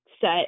set